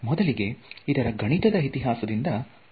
ಮೊದಲಿಗೆ ಇದರ ಗಣಿತದ ಇತಿಹಾಸದಿಂದ ಪ್ರಾರಂಭಿಸೋಣ